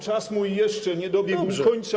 Czas mój jeszcze nie dobiegł końca.